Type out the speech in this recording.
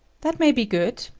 that may be good.